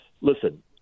listen